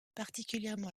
particulièrement